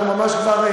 אנחנו ממש כבר,